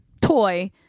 toy